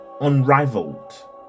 unrivaled